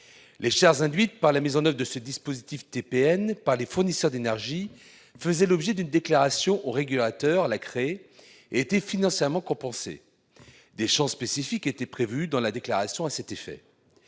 Les charges induites par la mise en oeuvre du dispositif TPN pour les fournisseurs d'énergie faisaient l'objet d'une déclaration au régulateur, la CRE, et étaient financièrement compensées. Des champs spécifiques étaient prévus dans la déclaration à cet effet.